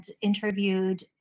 interviewed